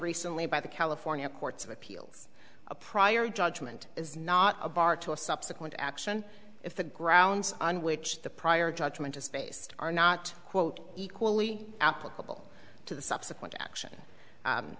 recently by the california courts of appeals a prior judgment is not a bar to a subsequent action if the grounds on which the prior judgment is based are not quote equally applicable to the subsequent action